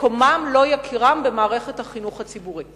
מקומם לא יכירם במערכת החינוך הציבורית.